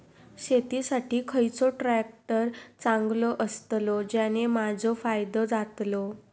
शेती साठी खयचो ट्रॅक्टर चांगलो अस्तलो ज्याने माजो फायदो जातलो?